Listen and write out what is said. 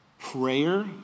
Prayer